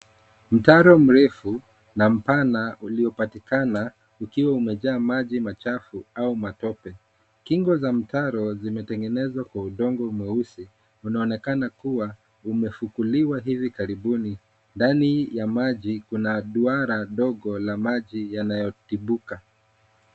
Mtaro mrefu na mpana uliopatikana ukiwa umejaa maji machafu au matope. Kingo za mtaro zimetengenezwa kwa udongo mweusi unaonekana kuwa umefukuliwa hivi karibuni. Ndani ya maji kuna duara dogo la maji yanayotiririka.